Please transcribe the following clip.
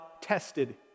tested